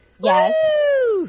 Yes